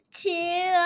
two